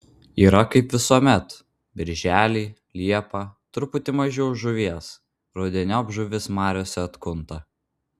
yra kaip visuomet birželį liepą truputį mažiau žuvies rudeniop žuvis mariose atkunta